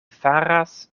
faras